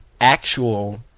actual –